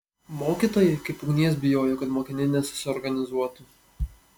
mokytojai kaip ugnies bijojo kad mokiniai nesusiorganizuotų